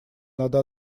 надо